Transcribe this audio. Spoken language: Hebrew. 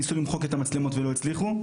ניסו למחוק את המצלמות ולא הצליחו,